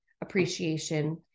appreciation